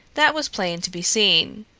that was plain to be seen.